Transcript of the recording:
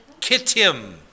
Kittim